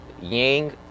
yang